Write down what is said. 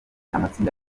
amatsinda